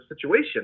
situation